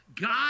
God